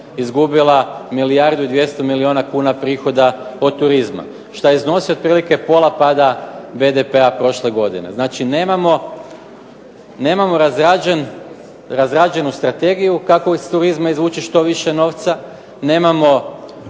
izgubila milijardu i 200 milijuna kuna prihoda od turizma što iznosi otprilike pola pada BDP-a prošle godine. Znači, nemamo razrađenu strategiju kako iz turizma izvući što više novaca, nemamo